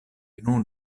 nun